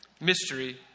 Mystery